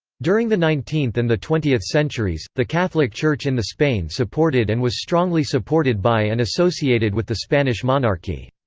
during the nineteenth and the twentieth centuries, the catholic church in the spain supported and was strongly supported by and associated with the spanish monarchy.